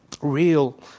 Real